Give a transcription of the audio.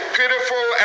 pitiful